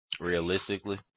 Realistically